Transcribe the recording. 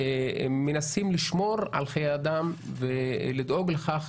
מנסים לשמור על חיי אדם ולדאוג לכך